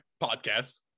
podcast